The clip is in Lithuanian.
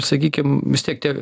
sakykim vis tiek tie